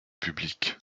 public